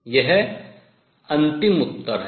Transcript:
यह अंतिम उत्तर है